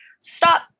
stop